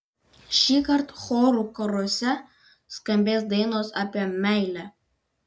šįkart chorų karuose skambės dainos apie meilę